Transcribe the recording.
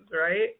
right